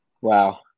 Wow